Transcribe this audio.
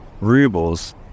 rubles